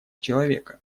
человека